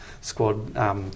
squad